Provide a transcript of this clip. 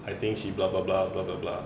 I think she blah blah blah blah blah blah